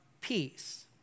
peace